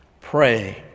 pray